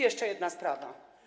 Jeszcze jedna sprawa.